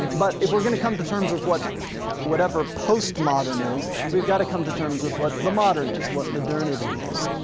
but if we're gonna come to terms of whatever post-modern is, we've got to come to terms with what the modern is, what modernity is.